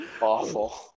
Awful